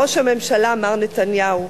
ראש הממשלה מר נתניהו,